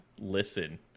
listen